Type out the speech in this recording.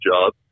job